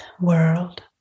world